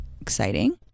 Exciting